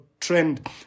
trend